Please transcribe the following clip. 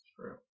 True